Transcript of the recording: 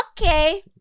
okay